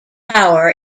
power